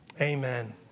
amen